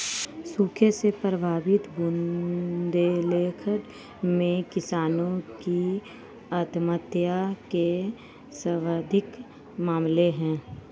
सूखे से प्रभावित बुंदेलखंड में किसानों की आत्महत्या के सर्वाधिक मामले है